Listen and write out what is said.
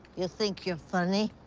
you think you're funny?